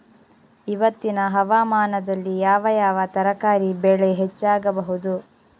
ಇವತ್ತಿನ ಹವಾಮಾನದಲ್ಲಿ ಯಾವ ಯಾವ ತರಕಾರಿ ಬೆಳೆ ಹೆಚ್ಚಾಗಬಹುದು?